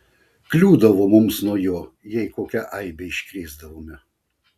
kliūdavo mums nuo jo jei kokią eibę iškrėsdavome